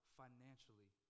financially